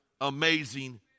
amazing